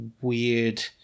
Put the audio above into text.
weird